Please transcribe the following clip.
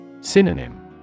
Synonym